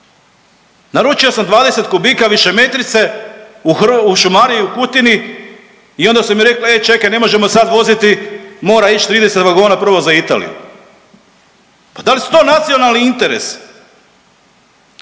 Naručio sam 20 kubika višemetrice u šumariji u Kutini i onda su mi rekli e čekaj, ne možemo sad voziti mora ići 30 vagona prvo za Italiju. Pa da li su to nacionalni interesi?